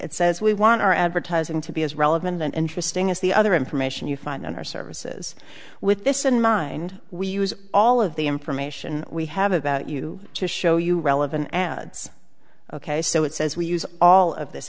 it says we want our advertising to be as relevant and interesting as the other information you find on our services with this in mind we use all of the information we have about you to show you relevant ads ok so it says we use all of this